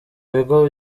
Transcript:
bigo